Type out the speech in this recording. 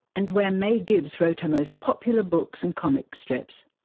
and where may gibbs wrote her most popular books and comic strips.